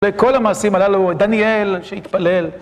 בכל המעשים הללו, דניאל שהתפלל